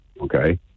okay